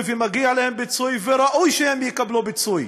ומגיע להם פיצוי וראוי שהם יקבלו פיצוי.